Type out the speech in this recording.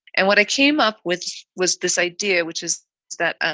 and what i came up with was this idea, which is that, ah